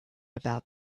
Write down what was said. about